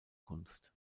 kunst